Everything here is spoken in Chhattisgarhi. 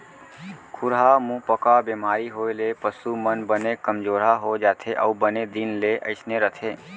खुरहा मुहंपका बेमारी होए ले पसु मन बने कमजोरहा हो जाथें अउ बने दिन ले अइसने रथें